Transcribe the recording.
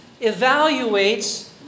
evaluates